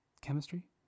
chemistry